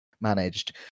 managed